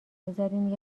بذارین